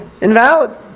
invalid